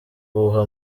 ubuhuha